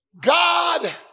God